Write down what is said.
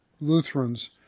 Lutherans